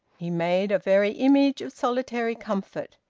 he made a very image of solitary comfort.